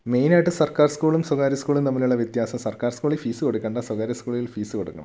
മെയിനായിട്ട് സർക്കാർ സ്കൂളും സ്വകാര്യ സ്കൂളും തമ്മിലുള്ള വ്യത്യാസ സർക്കാർ സ്കൂളിൽ ഫീസ് കൊടുക്കേണ്ട സ്വകാര്യ സ്കൂളിൽ ഫീസ് കൊടുക്കണം